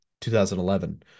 2011